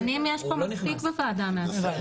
כלכלנים יש מספיק בוועדה המאסדרת.